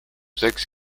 seks